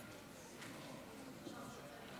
תודה רבה.